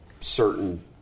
Certain